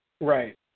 right